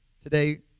today